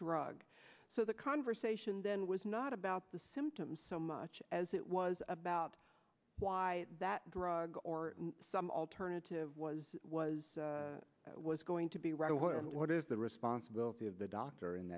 drug so the conversation then was not about the symptoms so much as it was about why that drug or some alternative was was was going to be right what is the responsibility of the doctor